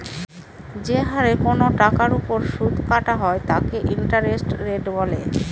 যে হারে কোনো টাকার ওপর সুদ কাটা হয় তাকে ইন্টারেস্ট রেট বলে